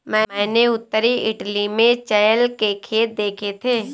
मैंने उत्तरी इटली में चेयल के खेत देखे थे